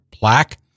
black